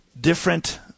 different